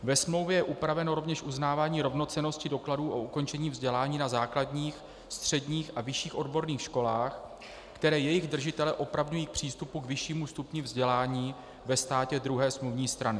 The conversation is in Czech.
Ve smlouvě je upraveno rovněž uznávání rovnocennosti dokladů o ukončení vzdělání na základních, středních a vyšších odborných školách, které jejich držitele opravňují k přístupu k vyššímu stupni vzdělání ve státě druhé smluvní strany.